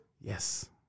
Yes